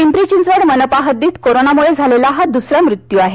पिंपरी चिंचवड मनपा हद्दीत कोरोनामुळं झालेला हा दुसरा मृत्यु आहे